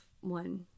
one